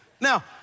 Now